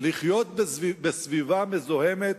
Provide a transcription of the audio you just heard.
לחיות בסביבה מזוהמת,